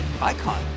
Icon